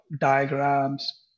diagrams